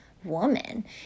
woman